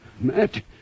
Matt